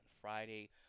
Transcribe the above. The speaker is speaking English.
Friday